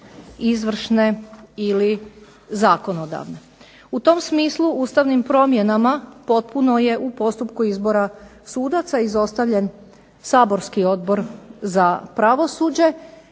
izvršne ili zakonodavne. U tom smislu ustavnim promjenama potpuno je u postupku izbora sudaca izostavljen saborski odbor za pravosuđe